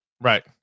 Right